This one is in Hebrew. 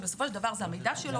שבסופו של דבר זה המידע שלו.